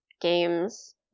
games